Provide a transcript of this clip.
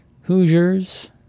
Hoosiers